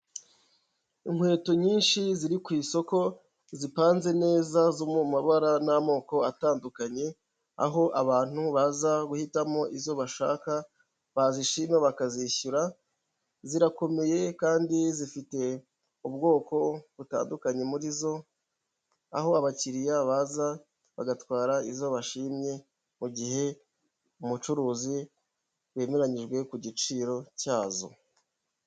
Inkweto nyinshi ziri ku isoko zipanze neza zo mu mabara n'amoko atandukanye, aho abantu baza guhitamo izo bashaka bazishima bakazishyura, zirakomeye kandi zifite ubwoko butandukanye, muri zo aho abakiriya baza bagatwara izo bashimye mu gihe umucuruzi bemeranyijwe ku giciro cyazo.